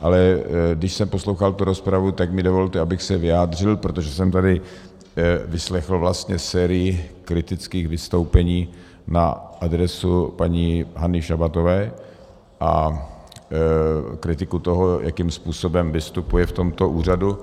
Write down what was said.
Ale když jsem poslouchal rozpravu, tak mi dovolte, abych se vyjádřil, protože jsem tady vyslechl sérii kritických vystoupení na adresu paní Anny Šabatové a kritiku toho, jakým způsobem vystupuje v tomto úřadu.